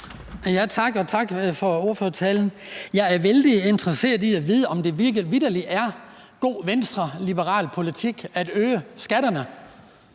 Tak, og tak for ordførertalen. Jeg er vældig interesseret i at vide, om det vitterlig er god Venstre-liberal-politik at øge skatterne